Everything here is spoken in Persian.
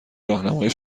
راهنمای